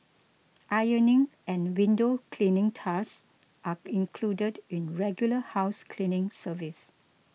ironing and window cleaning tasks are included in regular house cleaning service